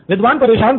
विद्वान परेशान था